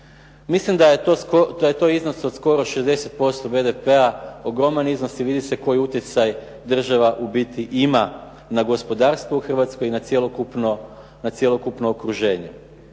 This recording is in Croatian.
Mislim da je to iznos od skoro 60% BDP-a, ogroman iznos i vidi se koji utjecaj država ubiti ima na gospodarstvo u Hrvatskoj i na cjelokupno okruženje